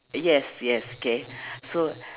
yes yes k so